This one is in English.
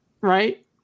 right